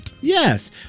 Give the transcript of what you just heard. yes